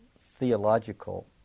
theological